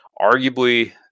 Arguably